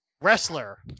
Wrestler